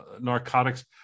narcotics